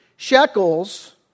Shekels